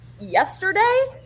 yesterday